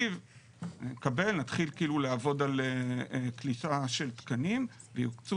נתחיל לעבוד על כניסה של תקנים ויוקצו